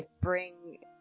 bring